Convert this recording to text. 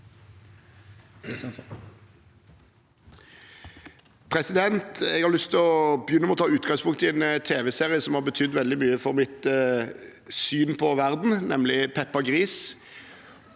Jeg har lyst til å begynne med å ta utgangspunkt i en tv-serie som har betydd veldig mye for mitt syn på verden, nemlig Peppa Gris.